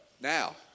now